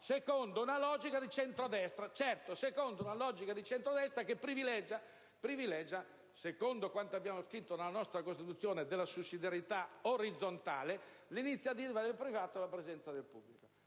secondo una logica di centrodestra, che privilegia, in base a quanto scritto nella nostra Costituzione sulla sussidiarietà orizzontale, l'iniziativa del privato rispetto alla presenza del pubblico.